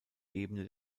ebene